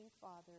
Father